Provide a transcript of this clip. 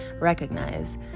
recognize